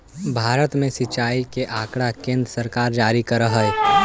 भारत में सिंचाई के आँकड़ा केन्द्र सरकार जारी करऽ हइ